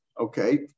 Okay